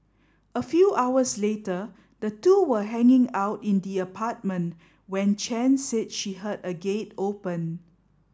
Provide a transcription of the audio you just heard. a few hours later the two were hanging out in the apartment when Chen said she heard a gate open